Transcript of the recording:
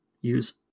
use